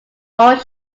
owned